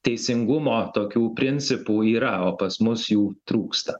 teisingumo tokių principų yra o pas mus jų trūksta